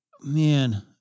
man